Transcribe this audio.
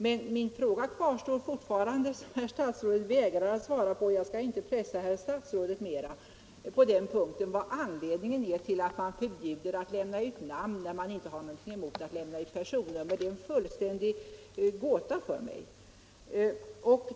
Men fortfarande kvarstår min fråga — herr statsrådet vägrar att svara på den, och jag skall inte pressa honom ytterligare på den punkten: Vad är anledningen till att man förbjuder utlämnandet av namn när man inte har någonting emot att lämna ut personnummer? Det är en fullständig gåta för mig.